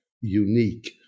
unique